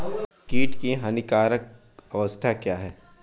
कीट की हानिकारक अवस्था क्या है?